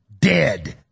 Dead